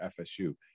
FSU